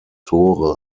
tore